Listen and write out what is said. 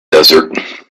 desert